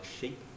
sheep